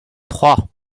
trois